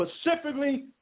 specifically